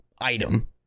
item